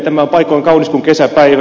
tämä on paikoin kaunis kuin kesäpäivä